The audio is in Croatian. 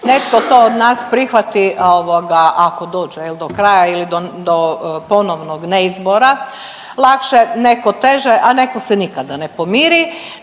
netko to od nas prihvati ovoga ako dođe jel do kraja ili do ponovnog neizbora lakše, neko teže, a neko se nikada ne pomiri.